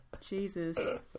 Jesus